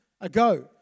ago